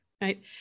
right